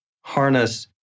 harness